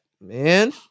man